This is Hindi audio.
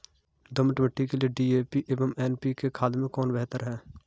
दोमट मिट्टी के लिए डी.ए.पी एवं एन.पी.के खाद में कौन बेहतर है?